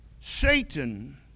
Satan